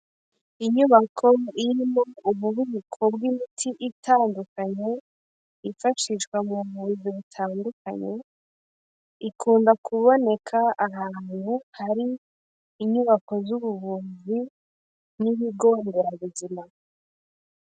Inyubako irimo ububibiko bw'imiti itandukanye yifashishwa mu buvuzi butandukanye ikunda kuboneka ahantu hari inyubako z'ubuvuzi n'ibigo nderabuzima.